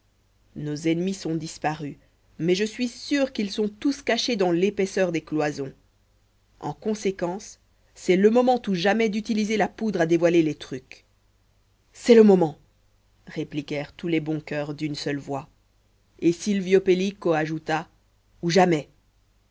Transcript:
nos ennemis sont disparus mais je suis sûr qu'ils sont tous cachés dans l'épaisseur des cloisons en conséquence c'est le moment ou jamais d'utiliser la poudre à dévoiler les trucs c'est le moment répliquèrent tous les bons coeurs d'une seule voix et silvio pellico ajouta ou jamais